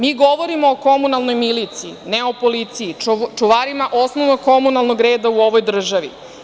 Mi govorimo o komunalnoj miliciji, ne o policiji, čuvarima osnovnog komunalnog reda u ovoj državi.